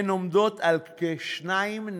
והן עומדות על כ-2.4%.